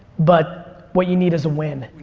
but what you need is a win.